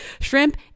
shrimp